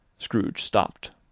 scrooge stopped.